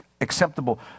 acceptable